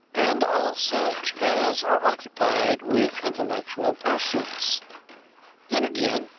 and all such as are occupied with in tellectual pursuits then, again,